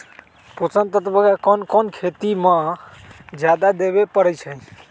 पोषक तत्व क कौन कौन खेती म जादा देवे क परईछी?